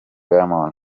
diamond